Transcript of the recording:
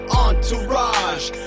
entourage